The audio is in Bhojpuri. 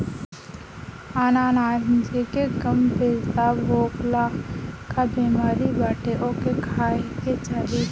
अनानास जेके कम पेशाब होखला कअ बेमारी बाटे ओके खाए के चाही